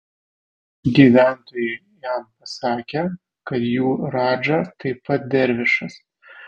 gyventojai jam pasakė kad jų radža taip pat dervišas